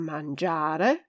Mangiare